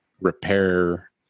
repair